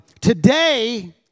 Today